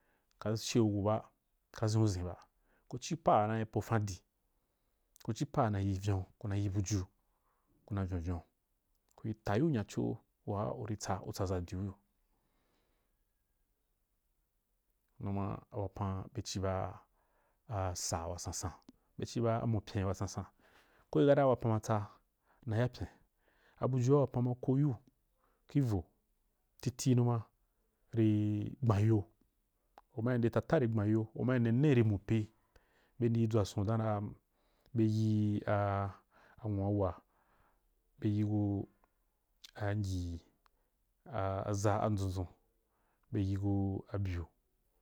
Ka ʒen’u ʒen ba ku ci pa na pofan di, ku ci pa na yi vyon kuna yi buju, kuna vyonvyon kuī ta yiu nyaco waa u ri tsa y tsaʒa diu nyaco waa u ri tsa u tsaʒa diu numa a wapan be ci ba a a asa wa sansan be ci ba mopyen wa sansan ko ke kata wapan ma tsa ku na ya pyen abujua wapan ma ko yiu kih vo titi numa ri gbanyo u ma nde tata rì gbanyo u ma ya nene to mo pe be ndu dʒwa son donra be yi a nwu awuwa be yigu angyi a aʒa dʒundʒun be g yi gi abyu.